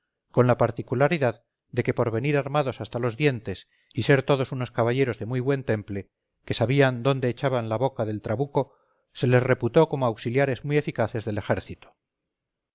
con la particularidad de que por venir armados hasta los dientes y ser todos unos caballeros de muy buen temple que sabían dónde echaban la boca del trabuco se les reputó como auxiliares muy eficaces del ejército